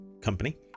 company